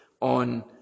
on